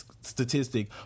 statistic